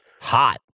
Hot